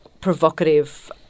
provocative